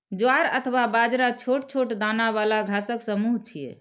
ज्वार अथवा बाजरा छोट छोट दाना बला घासक समूह छियै